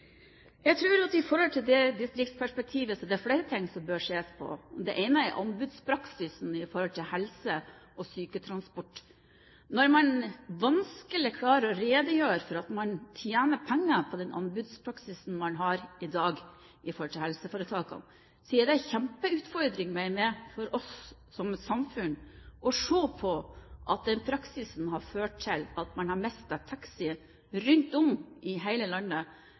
Jeg tror at det i forhold til distriktsperspektivet er flere ting som man bør se på. Det ene er anbudspraksisen når det gjelder syketransport. Når man vanskelig klarer å redegjøre for at man tjener penger på den anbudspraksisen man har i dag i helseforetakene, er det en kjempeutfordring, mener jeg, for oss som samfunn med hensyn til å se på denne praksisen som har ført til at man har mistet taxier rundt om i hele landet,